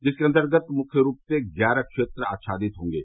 जिसके अन्तर्गत मुख्य रूप से ग्यारह क्षेत्र आच्छादित होंगे